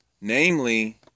Namely